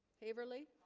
haverly